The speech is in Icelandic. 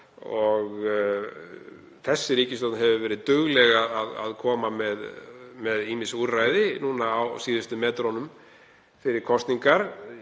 og þessi ríkisstjórn hefur verið dugleg að koma með ýmis úrræði núna á síðustu metrunum fyrir kosningar